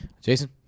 Jason